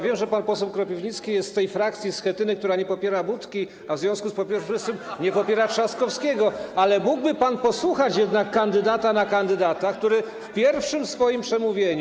Wiem, że pan poseł Kropiwnicki jest z tej frakcji Schetyny, która nie popiera Budki, w związku z powyższym nie popiera Trzaskowskiego, ale mógłby pan posłuchać jednak kandydata na kandydata, który w pierwszym swoim przemówieniu.